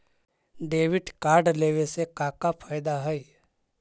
Debit card लेवे से का का फायदा है?